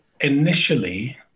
initially